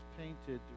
painted